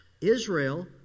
Israel